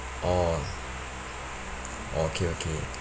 orh oh okay okay